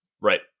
right